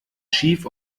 chief